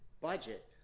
budget